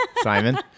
Simon